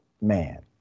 man